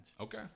Okay